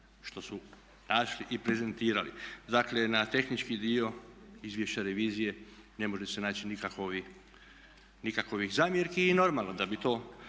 što su našli i prezentirali. Dakle, na tehnički dio izvješća revizije ne može se naći nikakovih zamjerki i normalno da bi to